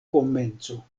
komenco